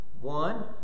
One